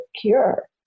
cure